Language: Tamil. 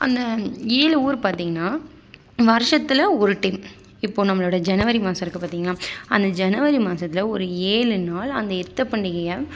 அந்த ஏழு ஊர் பார்த்தீங்கனா வருஷத்துல ஒரு டைம் இப்போது நம்மளோடய ஜனவரி மாதம் இருக்குது பார்த்தீங்கனா அந்த ஜனவரி மாசத்தில் ஒரு ஏழு நாள் அந்த ஏற்ற பண்டிகையை